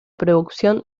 producción